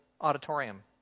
auditorium